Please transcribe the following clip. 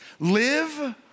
Live